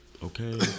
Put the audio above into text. Okay